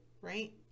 right